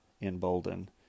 emboldened